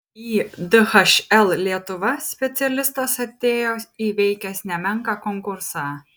į dhl lietuva specialistas atėjo įveikęs nemenką konkursą